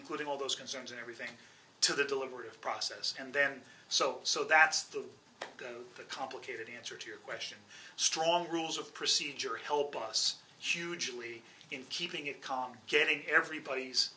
including all those concerns and everything to the deliberative process and then so so that's the complicated answer to your question strong rules of procedure help us hugely in keeping it calm getting everybody's